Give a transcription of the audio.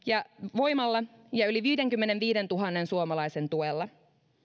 voimalla ja yli viidenkymmenenviidentuhannen suomalaisen tuella